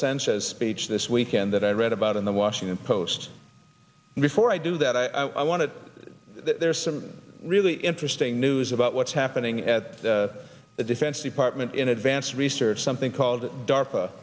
sanchez speech this weekend that i read about in the washington post before i do that i want to there's some really interesting news about what's happening at the defense department in advance research something called dar